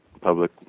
public